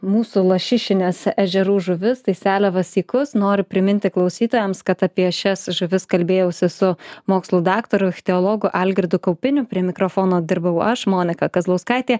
mūsų lašišines ežerų žuvis tai seliavas sykus noriu priminti klausytojams kad apie šias žuvis kalbėjausi su mokslų daktaru ichtiologu algirdu kaupiniu prie mikrofono dirbau aš monika kazlauskaitė